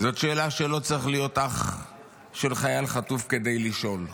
שאלה שלא צריך להיות אח של חייל חטוף כדי לשאול.